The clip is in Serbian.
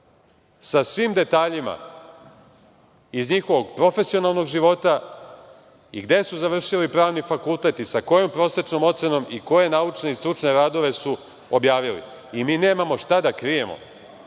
sa svim detaljima iz njihovog profesionalnog života i gde su završili pravni fakultet i sa kojom prosečnom ocenom i koje naučne i stručne radove su objavili. Mi nemamo šta da krijemo. Vi